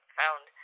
found